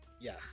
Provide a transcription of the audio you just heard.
Yes